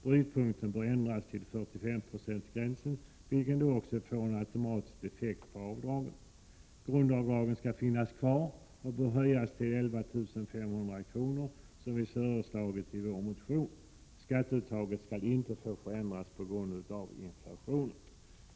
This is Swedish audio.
Brytpunkten bör ändras till 45 procentsgränsen, vilket får en automatisk effekt på avdragen. Grundavdraget skall finnas kvar och bör höjas till 11 500 kronor, som vi föreslagit i vår motion. Skatteuttaget skall inte få förändras på grund av inflationen.